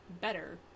better